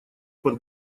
под